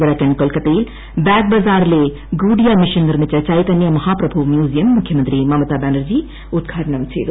വടക്കൻ കൊൽക്കത്തയിൽ ബാഗ് ബസാറിലെ ഗൌഡിയ മിഷൺ നിർമ്മിച്ച ചൈതനൃ മഹാപ്രഭു മൃൂസിയം മുഖൃമന്ത്രി മമതാ ബാനർജി ഉദ്ഘാടനം ചെയ്തു